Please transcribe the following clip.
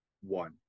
one